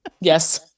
Yes